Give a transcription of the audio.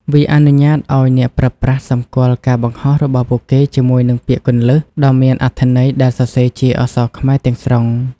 វាអនុញ្ញាតឱ្យអ្នកប្រើប្រាស់សម្គាល់ការបង្ហោះរបស់ពួកគេជាមួយនឹងពាក្យគន្លឹះដ៏មានអត្ថន័យដែលសរសេរជាអក្សរខ្មែរទាំងស្រុង។